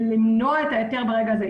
למנוע את ההיתר ברגע הזה.